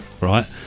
right